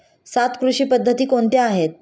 सात कृषी पद्धती कोणत्या आहेत?